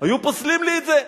היו פוסלים לי את זה,